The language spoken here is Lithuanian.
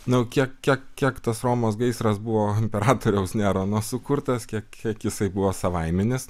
nu kiek kiek kiek tas romos gaisras buvo imperatoriaus nerono sukurtas kiek kiek jisai buvo savaiminis